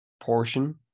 portion